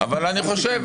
אל תיכנס,